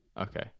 Okay